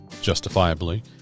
justifiably